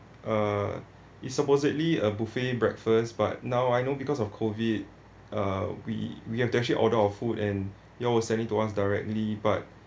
uh it's supposedly a buffet breakfast but now I know because of COVID uh we we have to actually order our food and you all will send it to us directly but